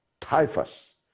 typhus